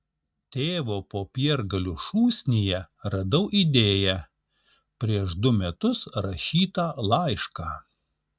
tėvo popiergalių šūsnyje radau idėją prieš du metus rašytą laišką